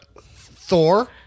Thor